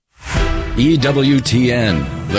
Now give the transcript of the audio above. EWTN